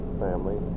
family